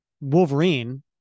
Wolverine